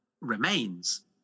remains